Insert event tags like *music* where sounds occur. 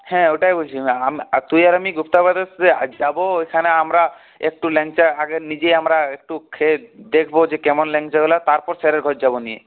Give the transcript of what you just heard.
হ্যাঁ ওটাই বলছিলাম *unintelligible* আর তুই আর আমি গুপ্তা ব্রাদার্সে যাব ওইখানে আমরা একটু ল্যাংচা আগে নিজে আমরা একটু খেয়ে দেখব যে কেমন ল্যাংচাগুলো তারপর স্যারের ঘর যাব নিয়ে